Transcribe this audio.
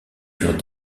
furent